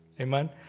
Amen